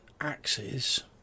axes